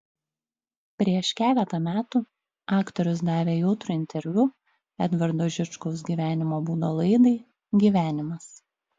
prieš keletą metų aktorius davė jautrų interviu edvardo žičkaus gyvenimo būdo laidai gyvenimas